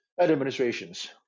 administrations